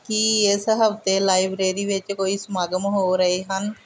ਕੀ ਇਸ ਹਫ਼ਤੇ ਲਾਇਬ੍ਰੇਰੀ ਵਿੱਚ ਕੋਈ ਸਮਾਗਮ ਹੋ ਰਹੇ ਹਨ